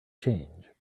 change